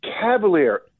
cavalier